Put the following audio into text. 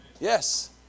Yes